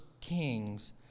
Kings